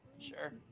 Sure